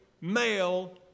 male